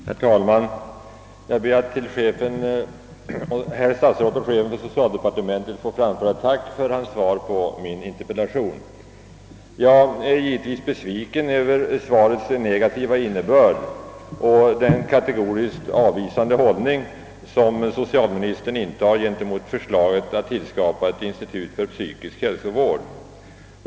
Herr talman! Jag ber att till herr statsrådet och chefen för socialdepartementet få framföra ett tack för hans svar på min interpellation. Jag är givetvis besviken på grund av svarets negativa innebörd och den kategoriskt avvisande hållning som socialministern intar mot förslaget att skapa ett institut för psykisk hälsovård.